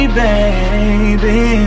baby